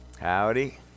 Howdy